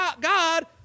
God